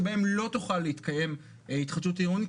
שבהם לא תוכל להתקיים התחדשות עירונית,